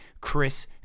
Chris